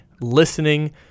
listening